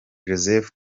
joseph